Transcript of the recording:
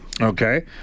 Okay